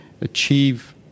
achieve